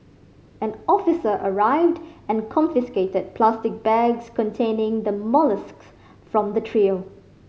an officer arrived and confiscated plastic bags containing the molluscs from the trio